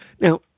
now